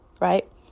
right